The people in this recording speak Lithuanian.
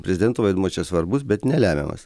prezidento vaidmuo čia svarbus bet ne lemiamas